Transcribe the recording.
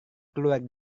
keluar